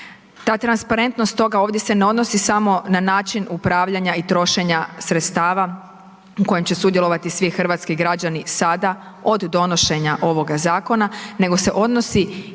Ta transparentnost toga ovdje se ne odnosi samo na način upravljanja i trošenja sredstava u kojem će sudjelovati svi hrvatski građani sada od donošenja ovoga zakona, nego se odnosi